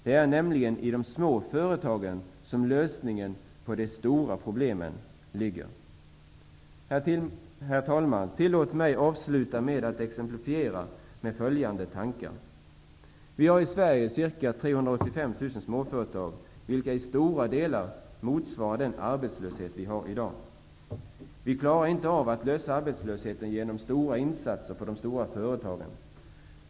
Det är nämligen i de små företagen som lösningen på de stora problemen ligger. Herr talman! Tillåt mig att avsluta med att exemplifiera med följande tankar: Vi har i Sverige ca 385 000 småföretag, vilket i stora delar motsvarar dagens arbetslöshet. Vi klarar inte att komma till rätta med arbetslösheten genom stora insatser i stora företag.